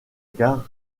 gare